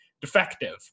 defective